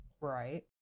right